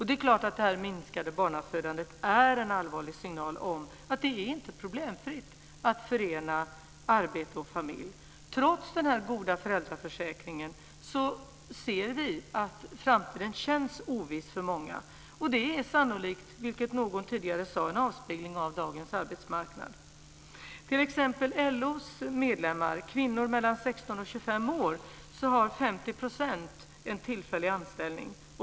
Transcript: Det är klart att det minskade barnafödandet är en allvarlig signal om att det inte är problemfritt att förena arbete och familj. Trots den goda föräldraförsäkringen känns framtiden oviss för många. Det är sannolikt - vilket någon här sade tidigare - en avspegling av dagens arbetsmarknad. Det är t.ex. 50 % av LO:s medlemmar - kvinnor mellan 16 och 25 år - som har en tillfällig anställning.